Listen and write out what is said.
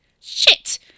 Shit